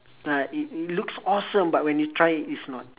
uh it it looks awesome but when you try it it's not